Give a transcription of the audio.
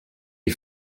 est